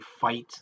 fight